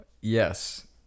yes